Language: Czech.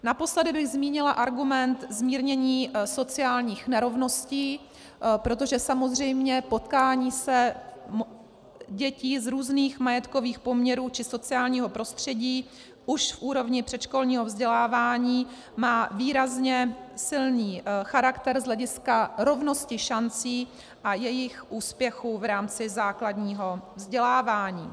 Naposledy bych zmínila argument zmírnění sociálních nerovností, protože samozřejmě potkání se dětí z různých majetkových poměrů či sociálního prostředí už v úrovni předškolního vzdělávání má výrazně silný charakter z hlediska rovnosti šancí a jejich úspěchu v rámci základního vzdělávání.